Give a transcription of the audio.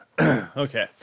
Okay